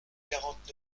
quarante